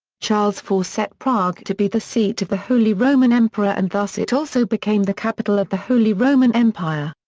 charles iv set prague to be the seat of the holy roman emperor and thus it also became the capital of the holy roman empire.